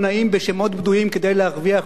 בשמות בדויים כדי להרוויח עוד כמה,